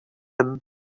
him